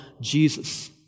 Jesus